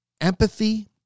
empathy